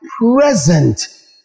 present